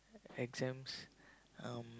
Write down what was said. exams um